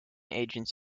agents